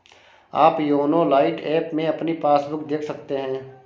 आप YONO lite app में अपनी पासबुक देख सकते हैं